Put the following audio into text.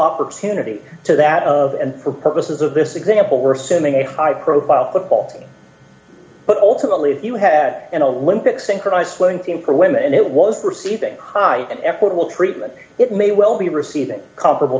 opportunity to that of and for purposes of this example we're sending a high profile football team but ultimately you had an olympic synchronized playing thing for women and it was perceived as a high and equitable treatment it may well be receiving comparable